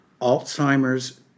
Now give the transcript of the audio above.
Alzheimer's